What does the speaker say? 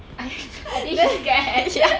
I think she scared